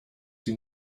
sie